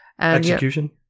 Execution